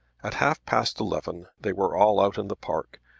at half-past eleven they were all out in the park,